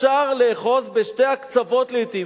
אפשר לאחוז בשני הקצוות לעתים,